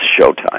showtime